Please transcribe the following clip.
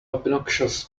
obnoxious